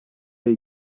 ayı